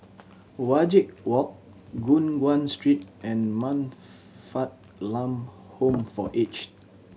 Wajek Walk Guan Street and Man Fatt Lam Home for Aged